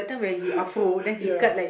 ya